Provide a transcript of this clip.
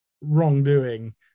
wrongdoing